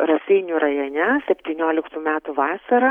raseinių rajone septynioliktų metų vasarą